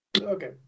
Okay